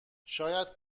شاید